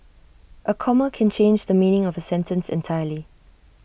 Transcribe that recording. A comma can change the meaning of A sentence entirely